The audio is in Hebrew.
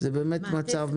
מעטפת שלמה.